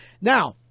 now